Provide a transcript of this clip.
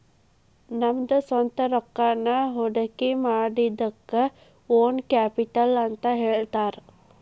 ನಮ್ದ ಸ್ವಂತ್ ರೊಕ್ಕಾನ ಹೊಡ್ಕಿಮಾಡಿದಕ್ಕ ಓನ್ ಕ್ಯಾಪಿಟಲ್ ಅಂತ್ ಹೇಳ್ತಾರ